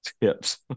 tips